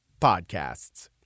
podcasts